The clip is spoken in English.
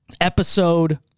episode